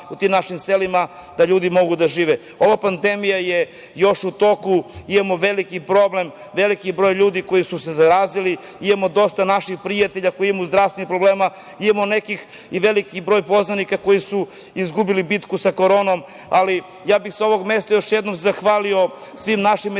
u tim našim selima, da ljudi mogu da žive. Ova pandemija je još u toku. Imamo veliki problem, veliki broj ljudi koji su se zarazili, imamo dosta naših prijatelja koji imaju zdravstvenih problema, imamo i veliki broj poznanika koji su izgubili bitku sa koronom, ali ja bih sa ovog mesta još jednom zahvalio svim našim medicinarima,